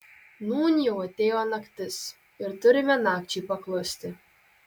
nūn jau atėjo naktis ir turime nakčiai paklusti